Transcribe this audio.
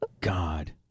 God